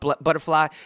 butterfly